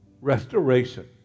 restoration